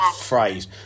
phrase